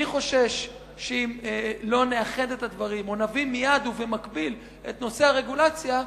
אני חושש שאם לא נאחד את הדברים או נביא מייד ובמקביל את נושא הרגולציה,